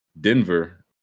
Denver